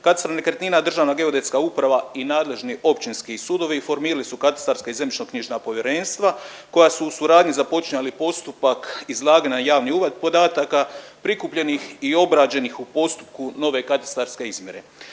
katastar nekretnina, Državna geodetska uprava i nadležni općinski sudovi formirali su katastarska i zemljišno-knjižna povjerenstva koja su u suradnji započinjali postupak izlaganja na javni uvid podataka, prikupljenih i obrađenih u postupku nove katastarske izmjere.